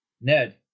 Ned